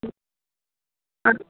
ആ